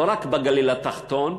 לא רק בגליל התחתון,